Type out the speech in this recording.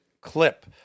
clip